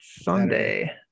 Sunday